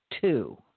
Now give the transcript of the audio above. two